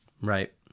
Right